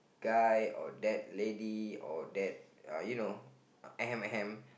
guy or that lady or that you know ahem ahem